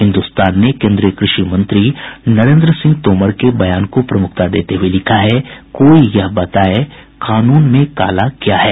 हिन्दुस्तान ने केन्द्रीय कृषि मंत्री नरेन्द्र सिंह तोमर के बयान को प्रमुखता देते हुये लिखा है कोई यह बताये कानून में काला क्या है